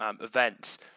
events